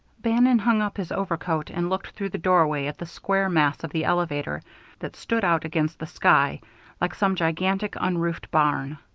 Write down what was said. bannon hung up his overcoat and looked through the doorway at the square mass of the elevator that stood out against the sky like some gigantic, unroofed barn.